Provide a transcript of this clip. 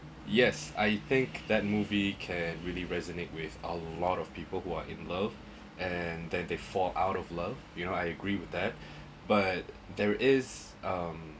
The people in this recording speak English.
yes I think that movie can really resonate with a lot of people who are in love and that they fall out of love you know I agree with that but there is um